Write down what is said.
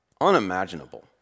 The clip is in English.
unimaginable